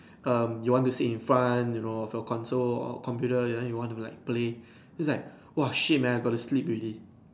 um you want to sit in front you know of your console or computer then you want to like play it's like !woah! shit man I got to sleep already